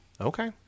Okay